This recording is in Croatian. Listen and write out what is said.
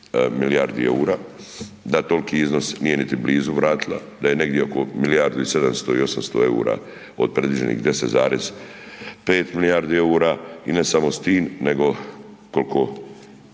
milijardi eura, da toliki iznos nije niti blizu vratila, da je negdje oko milijardu i 700, 800 eura od predviđenih 10,5 milijardi eura. I ne samo s tim nego koliko